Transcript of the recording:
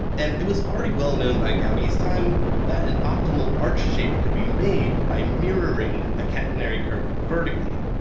and it was already well known by gaudi's time that an optimal arch shape could be made by mirroring a catenary curve vertically.